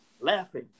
Laughing